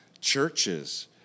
churches